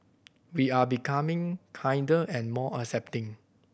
we are becoming kinder and more accepting